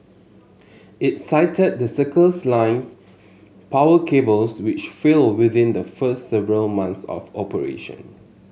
it cited the Circles Line's power cables which failed within the first several months of operation